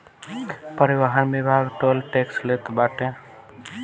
परिवहन विभाग toll tax लेत बाटे